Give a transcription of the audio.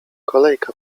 kolejka